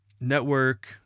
Network